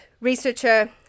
researcher